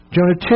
Jonah